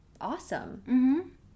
awesome